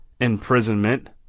imprisonment